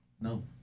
No